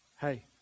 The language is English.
Hey